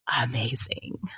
amazing